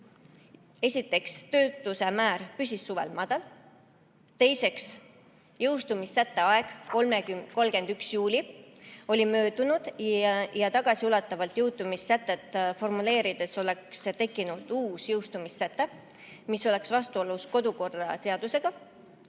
esiteks, töötuse määr püsis suvel madal; teiseks, jõustumissätte aeg 31. juuli oli möödunud ja tagasiulatuvalt jõustumissätet formuleerides oleks tekkinud uus jõustumissäte, mis oleks vastuolus kodukorraseadusega;